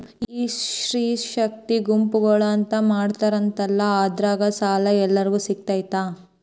ಈ ಸ್ತ್ರೇ ಶಕ್ತಿ ಗುಂಪುಗಳು ಅಂತ ಮಾಡಿರ್ತಾರಂತಲ ಅದ್ರಾಗ ಸಾಲ ಎಲ್ಲರಿಗೂ ಸಿಗತೈತಾ?